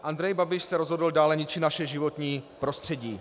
Andrej Babiš se rozhodl dále ničit naše životní prostředí.